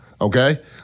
Okay